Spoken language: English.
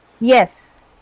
Yes